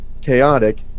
chaotic